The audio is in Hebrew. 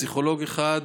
פסיכולוג אחד,